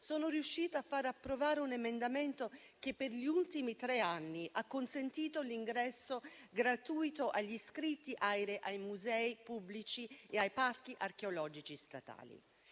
sono riuscita a fare approvare un emendamento che per gli ultimi tre anni ha consentito l'ingresso gratuito agli iscritti ai musei pubblici e ai parchi archeologici statali.